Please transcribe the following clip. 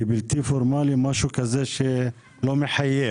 כי בלתי פורמלי, משהו כזה שלא מחייב.